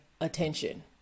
attention